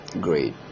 great